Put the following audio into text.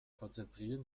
konzentrieren